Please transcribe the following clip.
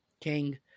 King